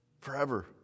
forever